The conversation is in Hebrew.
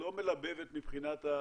לא מלבבת מבחינת ה